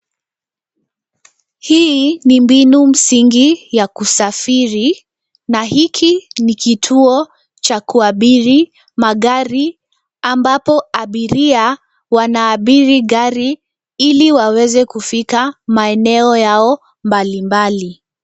Hii ni mbinu msingi ya kusafiri na hiki ni kituo cha kuabiri magari ambapo abiria wanaabiri gari ili waweze kufika maeneo yao mbalimbali.